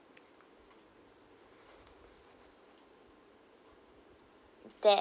that